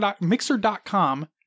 Mixer.com